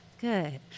Good